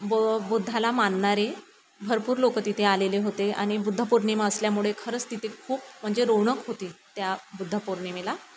ब बुद्धाला मानणारे भरपूर लोकं तिथे आलेले होते आणि बुद्ध पौर्णिमा असल्यामुळे खरंच तिथे खूप म्हणजे रौनक होती त्या बुद्ध पौर्णिमेला